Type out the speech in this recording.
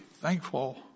thankful